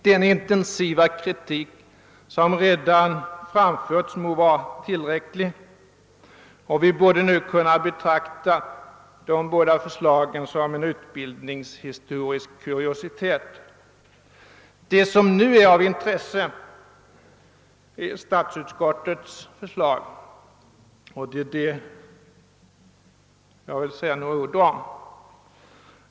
Den intensiva kritik som redan framförts må vara tillräcklig. Vi borde nu kunna betrakta de båda förslagen som en utbildningshistorisk kuriositet. Det som nu är av intresse är statsutskottets förslag, och om detta vill jag säga några ord.